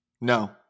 No